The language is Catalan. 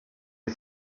ell